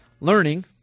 Learning